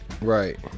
Right